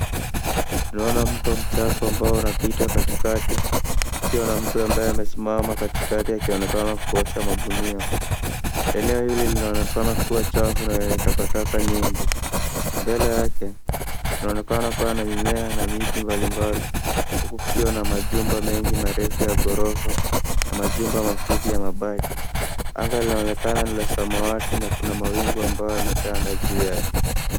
Tunaona mto mchafu ambao unapita katikati kukiwa na mtu ambaye amesimama katikati akionekana kuosha magunia. Eneo hili linaonekana kuwa chafu na yenye takataka nyingi. Mbele yake kunaonekana kuwa na mimea na miti mbalimbali huku kukiona majumba mengi marefu ya ghorofa na majumba mafupi ya mabati. Anga linaonekana ni la samawati na kuna mawingu ambayo yametanda juu yake.